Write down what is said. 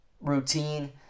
routine